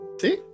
See